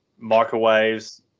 microwaves